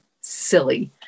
silly